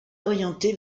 orienté